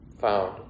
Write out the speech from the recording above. found